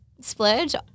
splurge